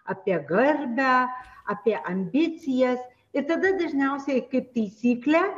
apie garbę apie ambicijas ir tada dažniausiai kaip taisyklė